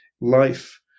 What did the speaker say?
life